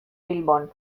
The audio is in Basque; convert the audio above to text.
bilbon